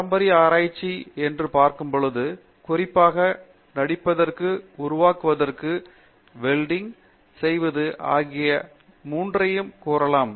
பாரம்பரிய ஆராய்ச்சி என்று பார்க்கும்பொழுது குறிப்பாக நடிப்பதற்கு உருவாக்குவதற்கு வெல்டிங் செய்வது ஆகிய மூன்றையும் கூறலாம்